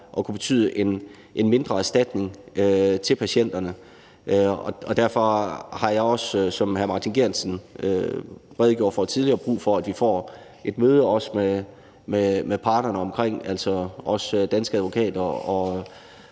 at kunne betyde en mindre erstatning til patienterne. Derfor har jeg også, som hr. Martin Geertsen redegjorde for tidligere, brug for, at vi får et møde med parterne, også Danske Advokater